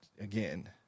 again